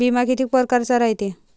बिमा कितीक परकारचा रायते?